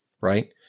right